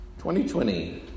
2020